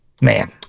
man